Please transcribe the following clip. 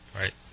Right